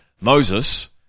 Moses